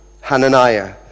Hananiah